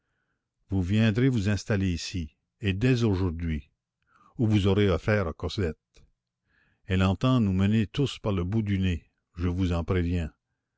vous viendrez vous installer ici et dès aujourd'hui ou vous aurez affaire à cosette elle entend nous mener tous par le bout du nez je vous en préviens